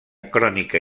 crònica